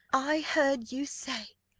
i heard you say,